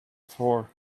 for